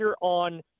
on